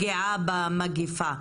הרגיעה במגיפה.